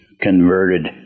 converted